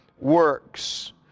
works